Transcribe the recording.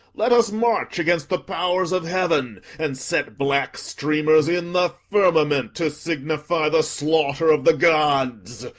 let us march against the powers of heaven, and set black streamers in the firmament, to signify the slaughter of the gods.